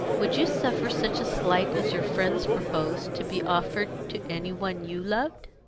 would you suffer such a slight as your friends propose, to be offered to any one you loved?